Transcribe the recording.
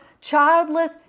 childless